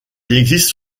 existe